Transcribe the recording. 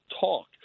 talk